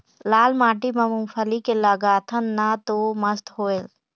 लाल माटी म मुंगफली के लगाथन न तो मस्त होयल?